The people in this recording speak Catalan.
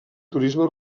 turisme